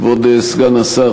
כבוד סגן השר,